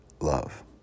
love